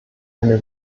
eine